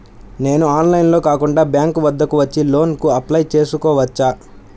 నేను ఆన్లైన్లో కాకుండా బ్యాంక్ వద్దకు వచ్చి లోన్ కు అప్లై చేసుకోవచ్చా?